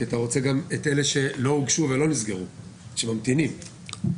כי אתה רוצה גם את אלה שלא הוגשו ושלא נסגרו; שממתינים בתביעות.